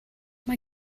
mae